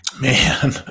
Man